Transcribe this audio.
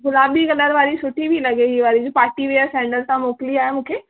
गुलाबी कलर वारी सुठी थी लॻे हीअ वारी पार्टी वियर सैंडल तव्हां मोकिली आहे मूंखे